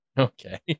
Okay